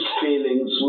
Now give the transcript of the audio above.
feelings